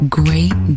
great